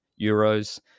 euros